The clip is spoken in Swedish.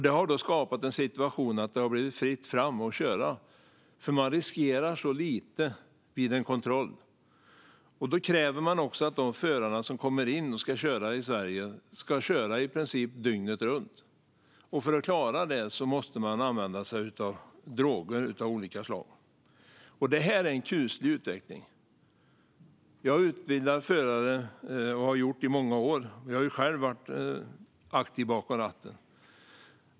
Detta har skapat situationen att det har blivit fritt fram att köra eftersom förarna riskerar så lite vid en kontroll. Och det krävs av de förare som ska köra in i Sverige att de i princip ska köra dygnet runt. För att klara det måste de använda sig av droger av olika slag. Detta är en kuslig utveckling. Jag har i många år utbildat förare, och jag har själv varit aktiv bakom ratten.